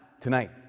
tonight